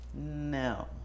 No